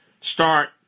start